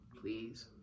Please